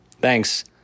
Thanks